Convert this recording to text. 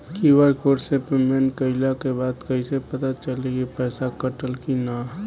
QR code से payment कईला के बाद कईसे पता चली की पैसा कटल की ना?